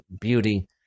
beauty